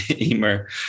Emer